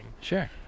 Sure